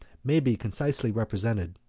may be concisely represented.